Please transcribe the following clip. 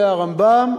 אומר הרמב"ם,